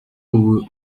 ubu